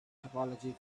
topology